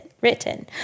written